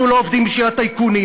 אנחנו לא עובדים בשביל הטייקונים.